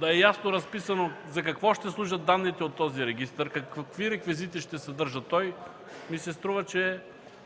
да е ясно разписано за какво ще служат данните от този регистър, какви реквизити ще съдържа той, ми се струва, че